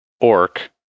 orc